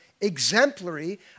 exemplary